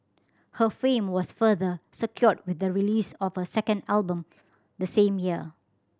her fame was further secured with the release of her second album the same year